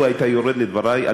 אילו היית יורד לדברי,